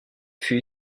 fut